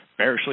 bearishly